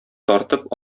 тартып